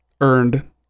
earned